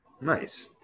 Nice